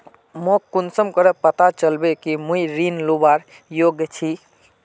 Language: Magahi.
मोक कुंसम करे पता चलबे कि मुई ऋण लुबार योग्य छी?